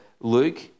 Luke